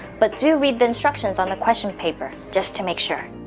but do read the instructions on the question paper just to make sure!